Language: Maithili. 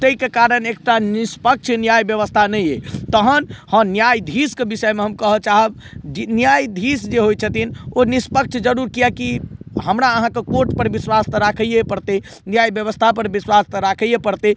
तैके कारण एकटा निष्पक्ष न्याय व्यवस्था नहि अछि तहन हँ न्यायधीशके विषयमे हम कहऽ चाहब जे न्यायधीश जे होइ छथिन ओ निष्पक्ष जरूर किएक कि हमरा अहाँके कोर्टपर विश्वास तऽ राखइए पड़तइ न्याय व्यवस्थापर विश्वास तऽ राखइए पड़तय